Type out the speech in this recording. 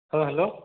ହଁ ହ୍ୟାଲୋ